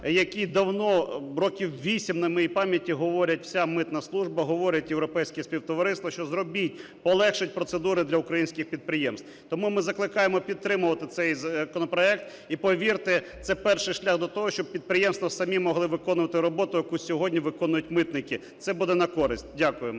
який давно, років вісім, на моїй пам'яті, говорить вся митна служба, говорить європейське співтовариство, що зробіть, полегшіть процедури для українських підприємств. Тому ми закликаємо підтримувати цей законопроект і, повірте, це перший шлях до того, щоб підприємства самі могли виконувати роботу, яку сьогодні виконують митники, це буде на користь. Дякуємо.